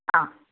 ആ